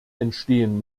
entstehen